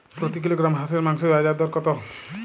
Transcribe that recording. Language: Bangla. প্রতি কিলোগ্রাম হাঁসের মাংসের বাজার দর কত?